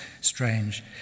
strange